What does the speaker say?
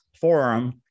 forum